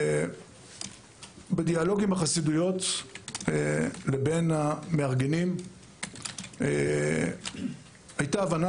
בדיאלוג בין החסידויות ובין המארגנים הייתה הבנה